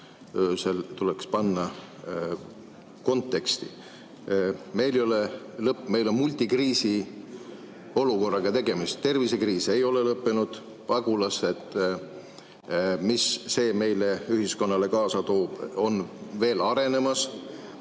tuleks panna konteksti. Meil on multikriisi olukorraga tegemist. Tervisekriis ei ole lõppenud, pagulaskriis – mis see meie ühiskonnale kaasa toob – on veel arenemas.